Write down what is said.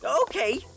Okay